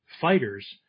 fighters